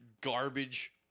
garbage